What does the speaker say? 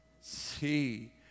see